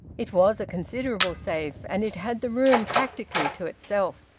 it was a considerable safe, and it had the room practically to itself.